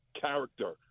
character